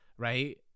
right